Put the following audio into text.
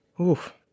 Oof